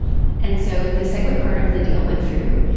and so the segwit part of the deal went through.